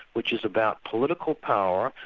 which is about political power,